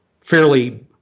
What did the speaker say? fairly